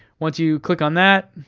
once you click on that,